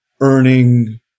earning